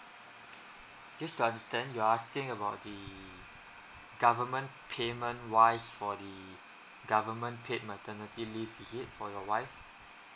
just to understand you're asking about the government payment wise for the government paid maternity leave is it for your wife